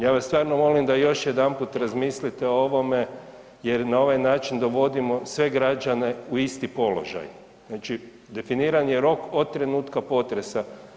Ja vas stvarno molim da još jedanput razmislite o ovome jer na ovaj način dovodimo sve građane u isti položaj, znači definiran je rok od trenutka procesa.